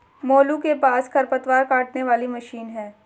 मोलू के पास खरपतवार काटने वाली मशीन है